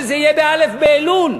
שזה יהיה בא' באלול,